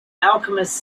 alchemist